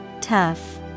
Tough